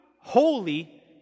holy